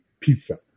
pizza